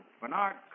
Bernard